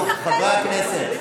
חברי הכנסת,